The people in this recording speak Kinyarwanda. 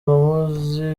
bamuzi